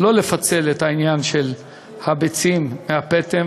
לא לפצל את העניין של הביצים מהפטם